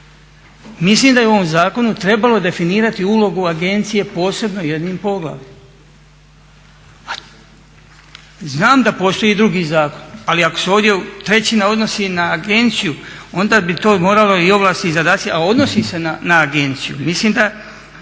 Mislim da je u ovom zakonu trebalo definirati ulogu agencije posebno jednim poglavljem. Znam da postoje i drugi zakoni ali ako se ovdje trećina odnosi na agenciju onda bi to moralo i ovlasti i zadaci, a odnosi se na agenciju. Ovo sve